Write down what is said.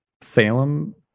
Salem